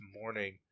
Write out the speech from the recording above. morning